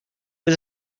was